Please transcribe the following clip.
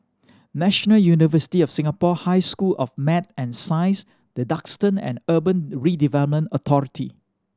National University of Singapore High School of Math and Science The Duxton and Urban Redevelopment Authority